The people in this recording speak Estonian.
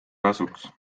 kasuks